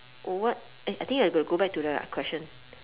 what eh I think I got to go back to the question